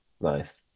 nice